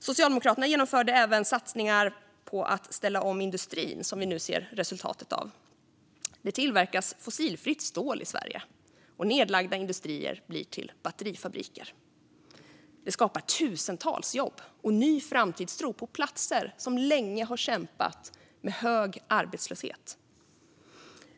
Socialdemokraterna genomförde även satsningar på att ställa om industrin, vilket vi nu ser resultatet av: Det tillverkas fossilfritt stål i Sverige, och nedlagda industrier blir till batterifabriker. Det skapar tusentals jobb och ny framtidstro på platser som länge har kämpat med hög arbetslöshet.